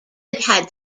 had